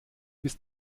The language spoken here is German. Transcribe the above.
bist